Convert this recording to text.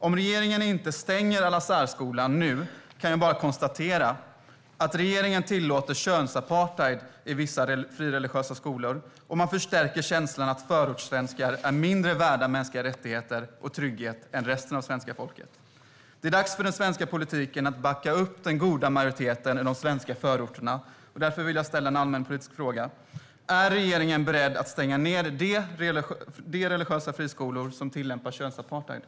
Om regeringen inte stänger Al-Azharskolan nu kan jag bara konstatera att regeringen tillåter könsapartheid i vissa frireligiösa skolor, och man förstärker känslan av att förortssvenskar är mindre värda mänskliga rättigheter och trygghet än resten av svenska folket. Det är dags för den svenska politiken att backa upp den goda majoriteten i de svenska förorterna. Därför vill jag ställa en allmänpolitisk fråga: Är regeringen beredd att stänga de religiösa friskolor som tillämpar könsapartheid?